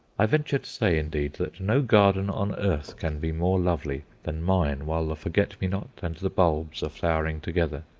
i venture to say, indeed, that no garden on earth can be more lovely than mine while the forget-me-not and the bulbs are flowering together.